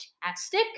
fantastic